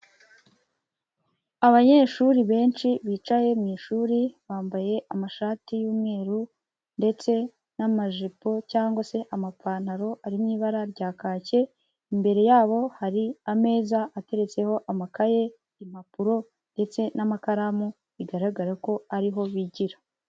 Abanyeshuri benshi bicaye mu ishuri, bambaye amashati y'umweru ndetse n'amajipo cyangwa se amapantaro ari mu ibara rya kake imbere yabo hari ameza ateretseho amakaye, impapuro ndetse n'amakaramu, bigaragara ko ariho bigira.